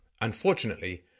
unfortunately